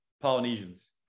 polynesians